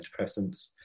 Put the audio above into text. antidepressants